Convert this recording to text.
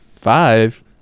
five